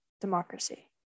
democracy